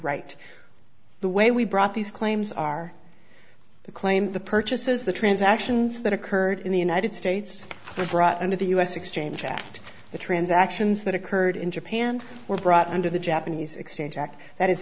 right the way we brought these claims are the claim the purchases the transactions that occurred in the united states were brought under the u s exchange act the transactions that occurred in japan were brought under the japanese exchange act that is